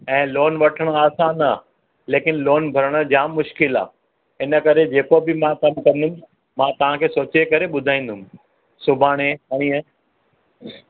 ऐं लोन वठिणो आसानु आहे लेकिन लोन भरणु जाम मुशकिलु आहे इन करे जेको बि मां सभु कंदुमि मां तव्हां खे सोचे करे ॿुधाईंदुमि सुभाणे परीहं